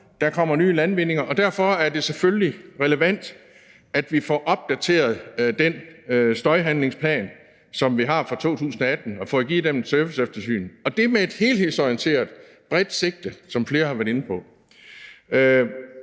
Der kommer nye landvindinger. Derfor er det selvfølgelig relevant, at vi får opdateret den støjhandlingsplan, som vi har fra 2018, og får givet den et serviceeftersyn. Og det skal være med et helhedsorienteret, bredt sigte, som flere har været inde på.